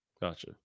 Gotcha